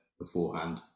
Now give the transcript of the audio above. beforehand